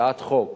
הצעת חוק